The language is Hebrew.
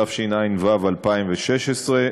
התשע"ו 2016,